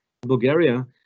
Bulgaria